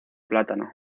plátano